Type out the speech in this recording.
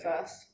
first